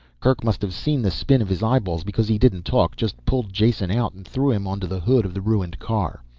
kerk must have seen the spin of his eyeballs because he didn't talk, just pulled jason out and threw him onto the hood of the ruined car.